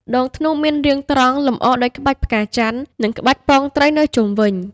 ដងធ្នូមានរាងត្រង់ លម្អដោយក្បាច់ផ្កាច័ន្ទ និងក្បាច់ពងត្រីនៅជុំវិញ។